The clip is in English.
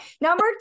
number